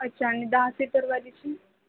अच्छा आणि दहा सीटरवालीची